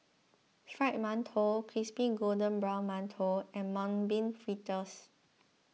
Fried Mantou Crispy Golden Brown Mantou and Mung Bean Fritters